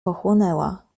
pochłonęła